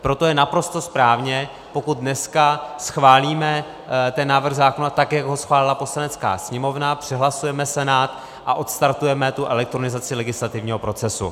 Proto je naprosto správně, pokud dneska schválíme návrh zákona, tak jak ho schválila Poslanecká sněmovna, přehlasujeme Senát a odstartujeme tu elektronizaci legislativního procesu.